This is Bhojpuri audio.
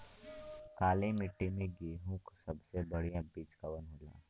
काली मिट्टी में गेहूँक सबसे बढ़िया बीज कवन होला?